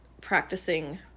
practicing